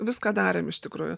viską darėm iš tikrųjų